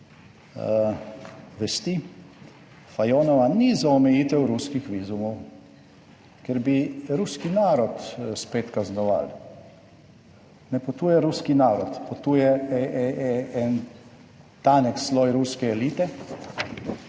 vesti, Fajonova, ni za omejitev ruskih vizumov, ker bi ruski narod spet kaznovali. Ne potuje ruski narod, potuje en tanek sloj ruske elite